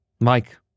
Mike